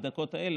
בדקות האלה,